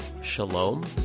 shalom